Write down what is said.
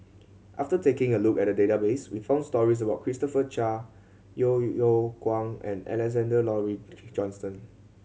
after taking a look at the database we found stories about Christopher Chia Yeo Yeow Kwang and Alexander Laurie Johnston